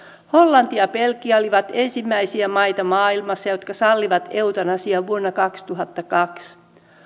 hollanti ja belgia olivat ensimmäisiä maita maailmassa jotka sallivat eutanasian vuonna kaksituhattakaksi